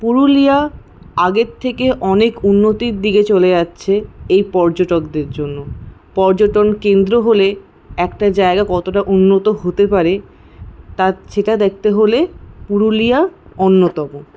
পুরুলিয়া আগের থেকে অনেক উন্নতির দিকে চলে যাচ্ছে এই পর্যটকদের জন্য পর্যটনকেন্দ্র হলে একটা জায়গা কতটা উন্নত হতে পারে তা সেটা দেখতে হলে পুরুলিয়া অন্যতম